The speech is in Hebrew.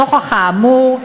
נוכח האמור,